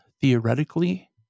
theoretically